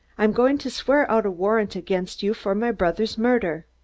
i'm going to swear out a warrant against you for my brother's murder.